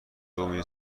امین